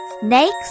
Snakes